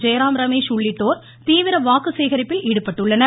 ஜெயராம் ரமேஷ் உள்ளிட்டோர் தீவிர வாக்கு சேகரிப்பில் ஈடுபட்டுள்ளனர்